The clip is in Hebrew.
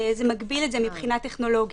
וזה מגביל את זה מבחינה טכנולוגית.